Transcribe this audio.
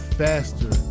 faster